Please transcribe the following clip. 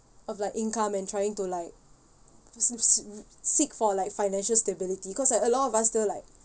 of like income and trying to like s~ seek for like financial stability cause like a lot of us still like